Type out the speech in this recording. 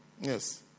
Yes